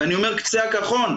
ואני אומר קצה הקרחון,